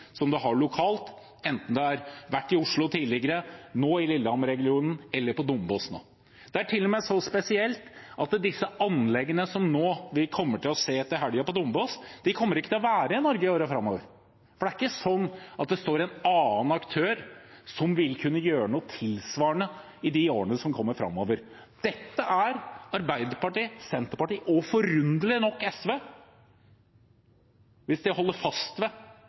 som det har lokalt – enten det er i Oslo, som det har vært tidligere, i Lillehammer-regionen eller nå på Dombås. Det er til og med så spesielt at disse anleggene som vi kommer til å se til helgen på Dombås, kommer ikke til å være i Norge i årene framover. For det er ikke sånn at det står en annen aktør som vil kunne gjøre noe tilsvarende i årene framover. Dette er Arbeiderpartiet, Senterpartiet og – forunderlig nok – SV: Hvis de holder fast ved